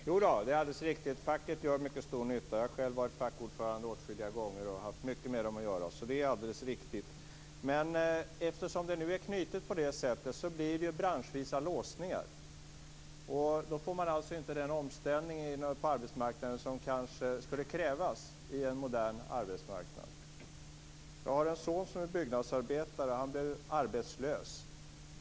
Fru talman! Det är alldeles riktigt. Facket gör mycket stor nytta. Jag har själv varit fackordförande åtskilliga gånger och haft mycket med dem att göra. Det är alldeles riktigt. Men eftersom det nu är knutet på det sättet blir det branschvisa låsningar. Då får man alltså inte den omställning som kanske skulle krävas på en modern arbetsmarknad. Jag har en son som är byggnadsarbetare. Han blev arbetslös.